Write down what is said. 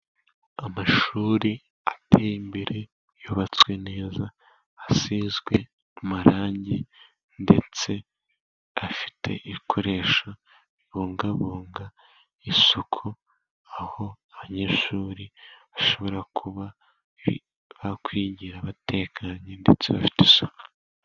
Amashuri ateye imbere, yubatswe neza, asizwe amarangi, ndetse afite ibikoresho bibungabunga isuku. Aho abanyeshuri bashobora kuba bakwigira batekanye ndetse bafite isuku.